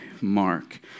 mark